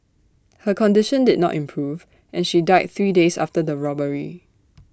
her condition did not improve and she died three days after the robbery